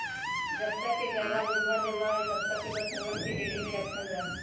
जब तक गयवा दूधवा देवा हई तब तक बछड़वन के डेयरी में रखल जाहई